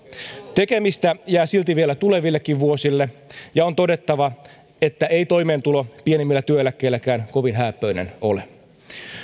tekemistä jää silti vielä tulevillekin vuosille ja on todettava että ei toimeentulo pienimmillä työeläkkeilläkään kovin hääppöinen ole